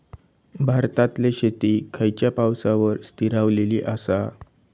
भारतातले शेती खयच्या पावसावर स्थिरावलेली आसा?